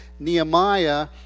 Nehemiah